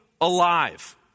alive